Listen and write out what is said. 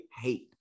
hate